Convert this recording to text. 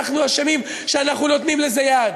אנחנו אשמים שאנחנו נותנים לזה יד.